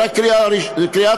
זו רק קריאה טרומית.